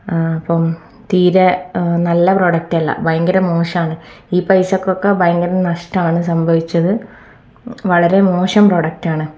ആ അപ്പം തീരെ നല്ല പ്രോഡക്റ്റല്ല ഭയങ്കര മോശമാണ് ഈ പൈസക്കൊക്കെ ഭയങ്കര നഷ്ടമാണ് സംഭവിച്ചത് വളരെ മോശം പ്രോഡക്റ്റാണ്